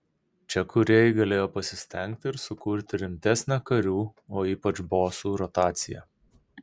čia kūrėjai galėjo pasistengti ir sukurti rimtesnę karių o ypač bosų rotaciją